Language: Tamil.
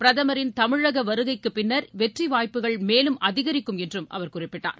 பிரதமரின் தமிழக வருகைக்கு பின்னர் வெற்றி வாய்ப்புகள் மேலும் அதிகரிக்கும் என்றும் அவர் குறிப்பிட்டார்